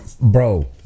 Bro